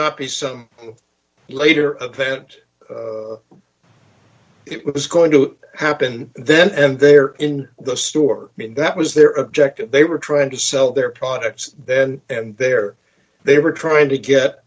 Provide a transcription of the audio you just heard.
not be some later of that it was going to happen then and there in the store i mean that was their objective they were trying to sell their product then and there they were trying to get